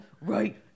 right